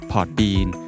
Podbean